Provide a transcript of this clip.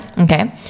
Okay